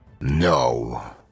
No